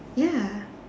ya